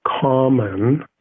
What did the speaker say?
common